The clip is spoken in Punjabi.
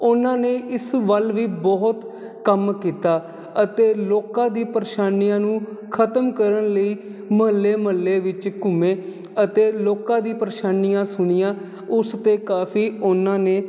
ਉਨਾਂ ਨੇ ਇਸ ਵੱਲ ਵੀ ਬਹੁਤ ਕੰਮ ਕੀਤਾ ਅਤੇ ਲੋਕਾਂ ਦੀਆਂ ਪਰੇਸ਼ਾਨੀ ਨੂੰ ਖਤਮ ਕਰਨ ਲਈ ਮਹੱਲੇ ਮਹੱਲੇ ਵਿੱਚ ਘੁੰਮੇ ਅਤੇ ਲੋਕਾਂ ਦੀ ਪਰੇਸ਼ਾਨੀ ਸੁਣੀਆਂ ਉਸ ਤੇ ਕਾਫੀ ਉਹਨਾਂ ਨੇ